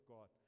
God